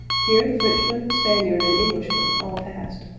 here the frenchman, spaniard, and englishman all passed,